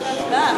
עובדה.